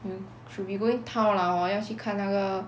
hmm should be going town lah hor 要去看那个